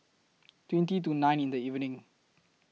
twenty to nine in The evening